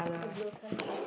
the blue color okay